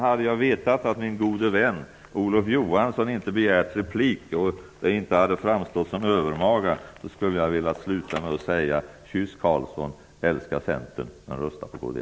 Hade jag vetat att min gode vän Olof Johansson inte hade begärt replik och det inte hade framstått som övermaga, skulle jag ha velat sluta med att säga: Kyss Carlsson, älska Centern, men rösta på kds!